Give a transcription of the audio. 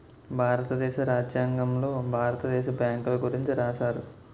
భారతదేశ రాజ్యాంగంలో భారత దేశ బ్యాంకుల గురించి రాశారు